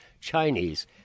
Chinese